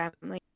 family